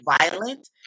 violent